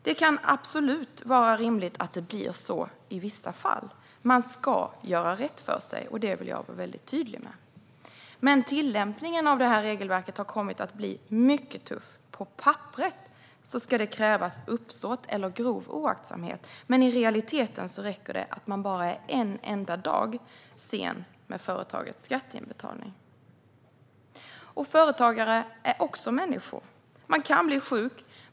Det kan absolut vara rimligt att det blir så i vissa fall. Man ska göra rätt för sig - det vill jag vara väldigt tydlig med. Men tillämpningen av det här regelverket har kommit att bli mycket tuff. På papperet ska det krävas uppsåt eller grov oaktsamhet, men i realiteten räcker det att man bara är en enda dag sen med företagets skatteinbetalning. Också företagare är människor. De kan bli sjuka.